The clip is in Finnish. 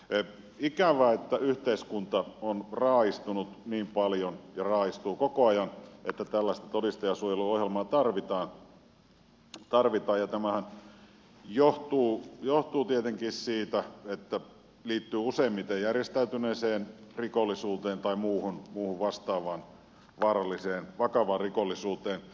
ikävää että yhteiskunta on raaistunut niin paljon ja raaistuu koko ajan että tällaista todistajansuojeluohjelmaa tarvitaan ja tämähän johtuu tietenkin siitä että asia liittyy useimmiten järjestäytyneeseen rikollisuuteen tai muuhun vastaavaan vaaralliseen vakavaan rikollisuuteen